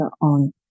on